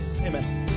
amen